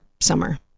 summer